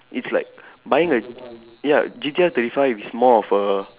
it's like buying a ya G_T_R thirty five is more of a